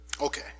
Okay